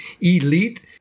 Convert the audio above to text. elite